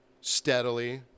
steadily